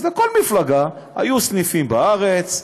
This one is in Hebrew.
אז לכל מפלגה היו סניפים בארץ,